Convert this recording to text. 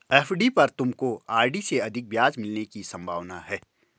FD पर तुमको RD से अधिक ब्याज मिलने की संभावना है